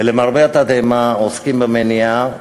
ולמרבה התדהמה עוסקים במניעה,